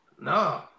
No